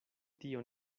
tio